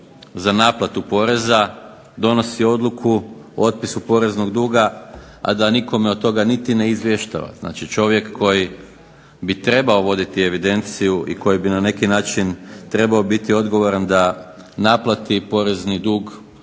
za naplatu poreza donosi odluku o otpisu poreznog duga, a da nikome od toga niti ne izvještava. Znači čovjek koji bi trebao voditi evidenciju i koji bi na neki način trebao biti odgovoran da naplati porezni dug